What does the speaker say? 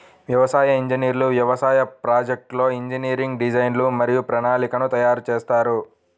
వ్యవసాయ ఇంజనీర్లు వ్యవసాయ ప్రాజెక్ట్లో ఇంజనీరింగ్ డిజైన్లు మరియు ప్రణాళికలను తయారు చేస్తారు